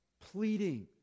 pleading